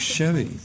Chevy